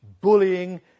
bullying